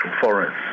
forests